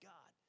God